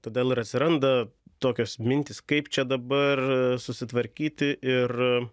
todėl ir atsiranda tokios mintys kaip čia dabar susitvarkyti ir